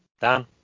Dan